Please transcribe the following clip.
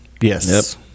Yes